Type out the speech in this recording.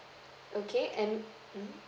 okay and mm